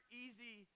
easy